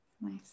Nice